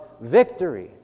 victory